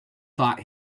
thought